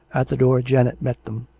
at the door janet met them.